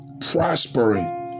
prospering